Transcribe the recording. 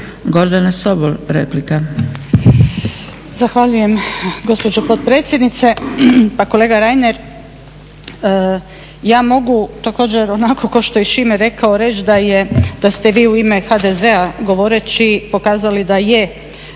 Gordana (SDP)** Zahvaljujem gospođo potpredsjednice. Pa kolega Reiner, ja mogu također, onako kao što je i Šime rekao reći da ste vi u ime HDZ-a govoreći pokazali da je